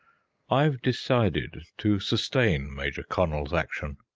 i've decided to sustain major connel's action.